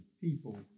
people